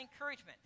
encouragement